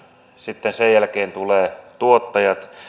sitten sen jälkeen tulevat tuottajat